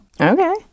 okay